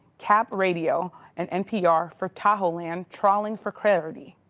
capradio and npr for tahoeland trawling for clarity.